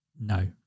No